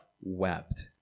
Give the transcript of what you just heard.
wept